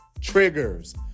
Triggers